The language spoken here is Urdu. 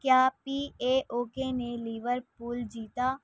کیا پی اے او کے نے لیورپول جیتا